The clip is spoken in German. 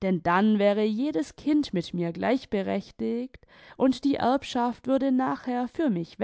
denn dann wäre jedes kind mit mir gleichberechtigt und die erbschaft würde nachher für mich